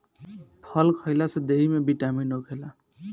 फल खइला से देहि में बिटामिन होखेला